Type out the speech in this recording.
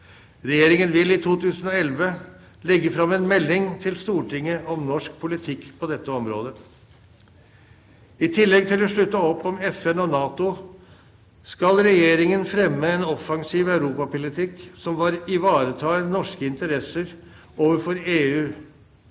Regjeringen vil i 2011 legge fram en melding til Stortinget om norsk politikk på dette området. I tillegg til å slutte opp om FN og NATO skal regjeringen fremme en offensiv europapolitikk som ivaretar norske interesser overfor EU.